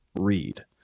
read